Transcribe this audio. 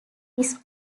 his